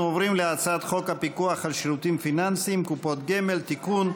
אנחנו עוברים להצעת חוק הפיקוח על שירותים פיננסיים (קופות גמל) (תיקון,